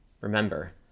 Remember